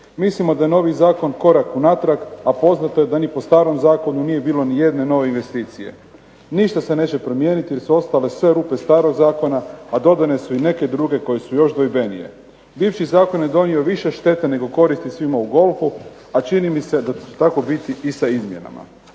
Mislimo da je novi zakon korak unatrag, a poznato je da ni po starom zakonu nije bilo nijedne nove investicije. Ništa se neće promijeniti jer su ostale sve rupe starog zakona, a dodane su i neke druge koje su još dvojbenije. Bivši zakon je donio više štete nego koristi svima u golfu, a čini mi se da će tako biti i sa izmjenama.